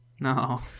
No